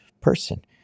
person